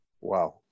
Wow